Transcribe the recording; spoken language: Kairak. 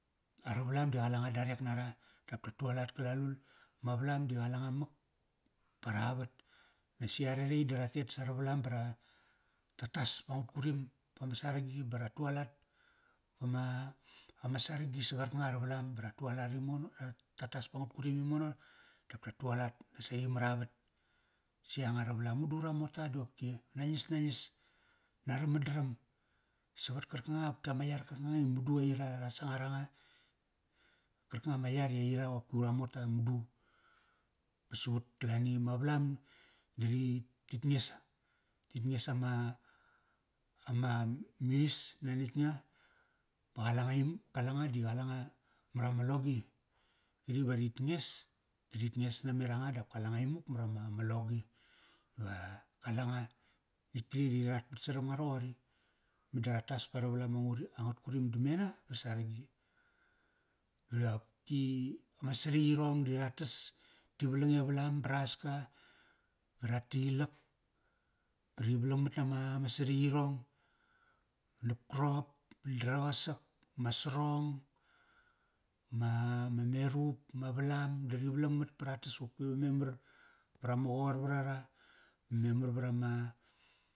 Ara valam da qale nga darek nara. Dap ta tu alat kalalul. Ma valam di qalanga mak, para vat. Nasi are ra i di ra tet sara valom ba ra, ta tas pa ngat kurim. Pama saragi ba ra tu alat. Pama, ama sargi sa qarkanga ara valam ra tualat imono, ra, ta tas pa ngut kurim imono dap ta tu alat. Nasaqi mar avat, si yanga ara valam. Mudu ura mota di opki ma nangis nangis nara madaram savat karkanga i qopki ama yar karkanga i mudu aira ra sangar anga. Karkanga ma yar i aira qopki ura mota i madu ba sut kalani. Ma valam di tit nges, tit nges ama, ama, mis nanetk nga ba qala nga im, qalanga di qalanga marama logi. Kari va rit nges, di rit nges nameranga dap. Kalanga imuk marama, ma logi va kalanga, nitk kri ri rat pat saram nga roqori. Meda rat tas pa ara valam angat kurim damena va saragi. Dapki, ma sariyirong di ra tas. Ti valang e valam ba ras ka, ra tilak ba ri valangmat nama ma sariyirong. Nap karop, dara qasak, ma sarong, ma, ma pa ra tas qopki va memar vra ma qor vra. Memar vra ma Ipai